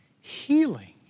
healing